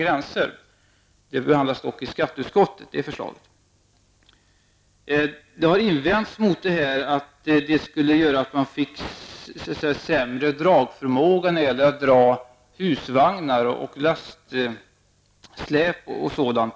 Detta förslag behandlas i skatteutskottet. Man har invänt mot detta förslag att det skulle innebära att personbilar får en sämre dragförmåga med avseende på husvagnar, lastsläp och sådant.